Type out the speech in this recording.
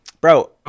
Bro